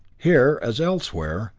here, as elsewhere,